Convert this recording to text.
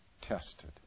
tested